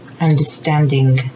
understanding